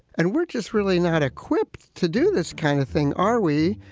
and we're just really not equipped to do this kind of thing, are we?